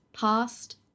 past